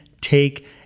take